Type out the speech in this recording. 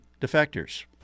defectors